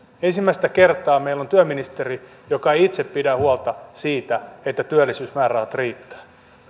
ensimmäistä kertaa meillä on työministeri joka ei itse pidä huolta siitä että työllisyysmäärärahat riittävät